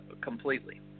completely